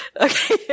Okay